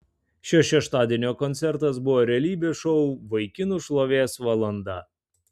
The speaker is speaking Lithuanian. šio šeštadienio koncertas buvo realybės šou vaikinų šlovės valanda